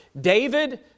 David